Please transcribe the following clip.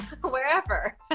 wherever